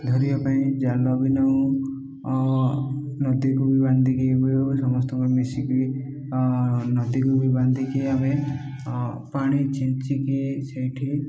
ଧରିବା ପାଇଁ ଜାଲ ବି ନଉ ନଦୀକୁ ବି ବାନ୍ଧିକି ସମସ୍ତଙ୍କ ମିଶିକି ନଦୀକୁ ବି ବାନ୍ଧିକି ଆମେ ପାଣି ଛିଞ୍ଚିକି ସେଇଠି